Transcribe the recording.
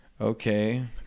Okay